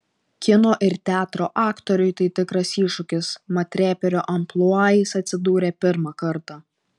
kino ir teatro aktoriui tai tikras iššūkis mat reperio amplua jis atsidūrė pirmą kartą